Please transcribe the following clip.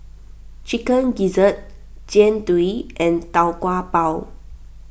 Chicken Gizzard Jian Dui and Tau Kwa Pau